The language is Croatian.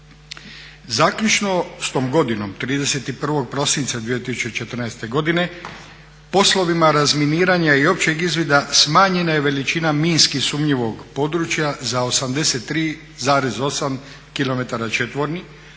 Zaključno s tom godinom 31.prosinca 2014.godine poslovima razminiranja i općeg izvida smanjenja je veličina minski sumnjivog područja za 83,8 km četvornih